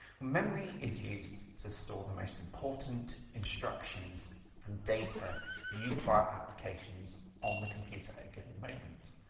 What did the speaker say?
memory is used to store the most important instructions and data used by applications on the computer at a given moment.